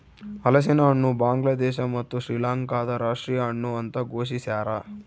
ಹಲಸಿನಹಣ್ಣು ಬಾಂಗ್ಲಾದೇಶ ಮತ್ತು ಶ್ರೀಲಂಕಾದ ರಾಷ್ಟೀಯ ಹಣ್ಣು ಅಂತ ಘೋಷಿಸ್ಯಾರ